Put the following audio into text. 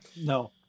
no